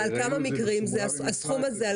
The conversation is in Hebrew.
על כמה מקרים הסכום הזה?